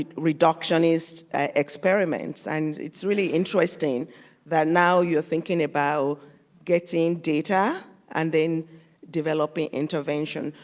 ah reductionist experiments, and it's really interesting that now you are thinking about getting data and then developing intervention,